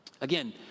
again